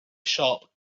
sharp